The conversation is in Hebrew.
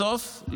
בסוף,